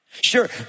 sure